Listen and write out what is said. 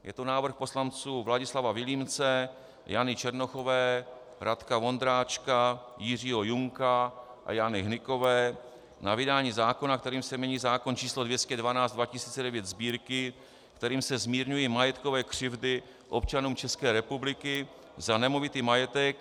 Je to návrh poslanců Vladislava Vilímce, Jany Černochové, Radka Vondráčka, Jiřího Junka a Jany Hnykové na vydání zákona, kterým se mění zákon číslo 212/2009 Sb., kterým se zmírňují majetkové křivdy občanům České republiky za nemovitý majetek...